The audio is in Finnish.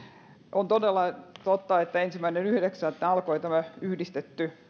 on todella totta että ensimmäinen yhdeksättä aloitti tämä yhdistetty